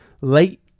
late